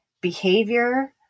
behavior